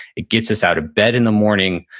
it gets us out of bed in the morning.